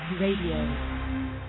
Radio